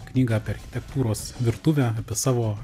knygą apie architektūros virtuvę apie savo